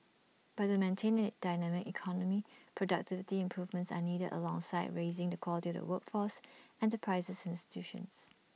but to maintain A a dynamic economy productivity improvements are needed alongside raising the quality of the workforce enterprises institutions